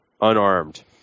unarmed